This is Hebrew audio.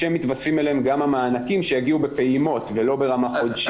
כשמתווספים אליהם גם המענקים שיגיעו בפעימות ולא ברמה חודשית.